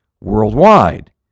worldwide